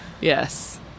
Yes